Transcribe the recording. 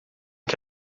que